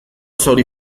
zauri